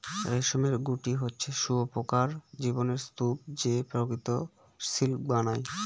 রেশমের গুটি হচ্ছে শুঁয়োপকার জীবনের স্তুপ যে প্রকৃত সিল্ক বানায়